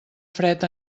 fred